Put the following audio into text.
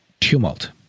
tumult